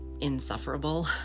insufferable